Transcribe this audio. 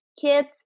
kids